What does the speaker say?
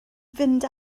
fynd